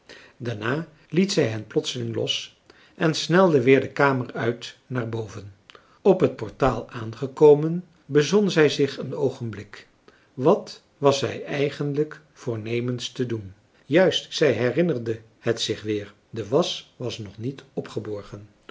daarna liet zij hen plotseling los en snelde weer de kamer uit naar boven op het portaal aangekomen bezon zij zich een oogenblik wat was zij eigenlijk voornemens te doen juist zij herinnerde het zich weer de wasch was nog niet opgeborgen